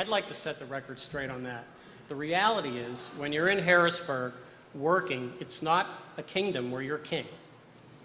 i'd like to set the record straight on that the reality is when you're in paris for working it's not a kingdom where you're king